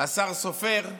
השר סופר,